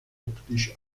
optisch